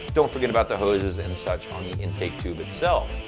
don't forget about the hoses and such on the intake tube itself.